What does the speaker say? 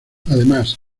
además